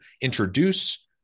introduce